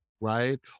right